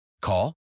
Call